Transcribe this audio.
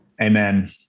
Amen